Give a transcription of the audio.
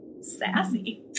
sassy